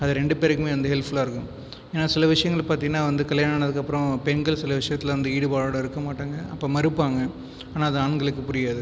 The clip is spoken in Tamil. அது ரெண்டு பேருக்குமே வந்து ஹெல்ப்ஃபுல்லாக இருக்கும் ஏன்னால் சில விஷயங்கள் பார்த்தீங்கன்னா வந்து கல்யாணம் ஆனதுக்கப்புறம் பெண்கள் சில விஷயத்தில் வந்து ஈடுபாடோடு இருக்க மாட்டாங்க அப்போ மறுப்பாங்க ஆனால் அது ஆண்களுக்கு புரியாது